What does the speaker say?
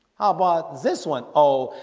how about this one, oh,